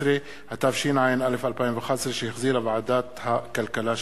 12), התשע"א 2011, שהחזירה ועדת הכלכלה.